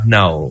now